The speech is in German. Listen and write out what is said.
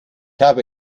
habe